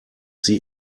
sie